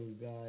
guys